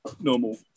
normal